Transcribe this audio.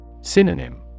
Synonym